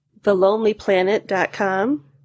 TheLonelyPlanet.com